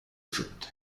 fronte